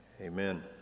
Amen